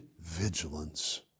vigilance